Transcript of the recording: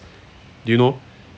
do you know